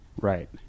Right